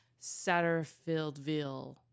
Satterfieldville